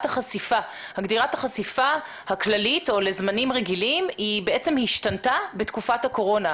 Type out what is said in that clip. החשיפה הכללית או לזמנים רגילים היא השתנתה בתקופת הקורונה.